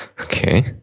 Okay